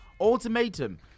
ultimatum